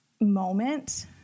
moment